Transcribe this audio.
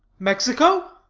mexico?